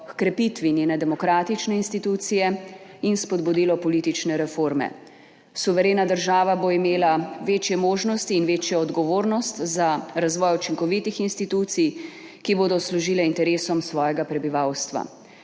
krepitvi njene demokratične institucije in spodbudilo politične reforme. Suverena država bo imela večje možnosti in večjo odgovornost za razvoj učinkovitih institucij, ki bodo služile interesom svojega prebivalstva.